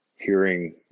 hearing